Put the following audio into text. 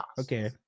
Okay